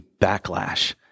backlash